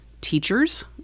teachers